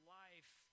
life